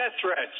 threats